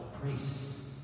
priests